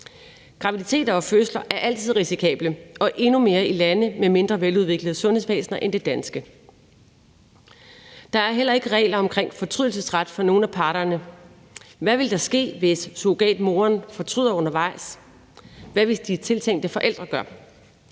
Graviditeter og fødsler er altid risikable og endnu mere i lande med mindre veludviklede sunhedsvæsner end det danske. Der er heller ikke regler om fortrydelsesret for nogen af parterne. Hvad vil der ske, hvis surrogatmoren fortryder undervejs? Hvad hvis de tiltænkte forældre gør?